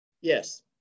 Yes